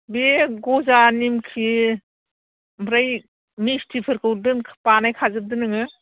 बे गजा निमकि ओमफ्राय मिस्थिफोरखौ दोन बानायखाजोबदो नोङो